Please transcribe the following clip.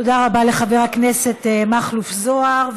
תודה רבה לחבר הכנסת מכלוף זוהר.